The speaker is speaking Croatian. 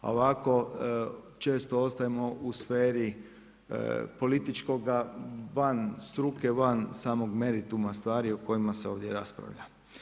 A ovako često ostajemo u sferi političkoga van struke, van samog merituma stvari o kojima se ovdje raspravlja.